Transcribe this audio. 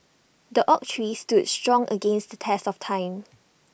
the oak tree stood strong against the test of time